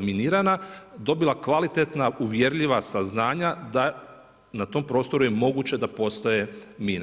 minirana, dobila kvalitetna uvjerljiva saznanja da na tom prostoru je moguće da postoje mine.